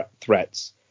threats